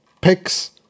picks